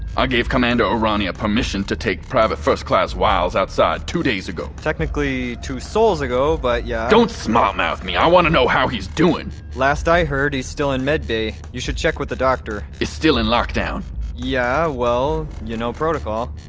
i gave commander o'rania permission to take private first class wiles outside, two days ago technically two sols ago, but yeah don't smart mouth me. i want to know how he's doing last i heard, he's still in med bay. you should check with the doctor it's still in lock-down yeah, well, you know protocol